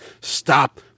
Stop